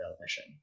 mission